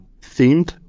themed